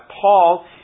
Paul